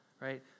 right